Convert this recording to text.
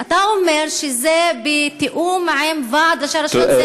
אתה אומר שזה בתיאום עם ועד ראשי הרשויות.